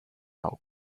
out